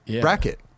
bracket